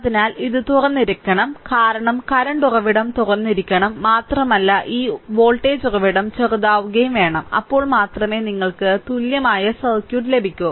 അതിനാൽ ഇത് തുറന്നിരിക്കണം കാരണം കറന്റ് ഉറവിടം തുറന്നിരിക്കണം മാത്രമല്ല ഈ വോൾട്ടേജ് ഉറവിടം ചെറുതാക്കുകയും വേണം അപ്പോൾ മാത്രമേ നിങ്ങൾക്ക് തുല്യമായ സർക്യൂട്ട് ലഭിക്കൂ